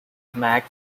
max